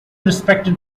respected